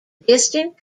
distant